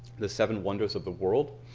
the seven wonder of the world,